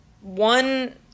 one